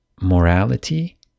morality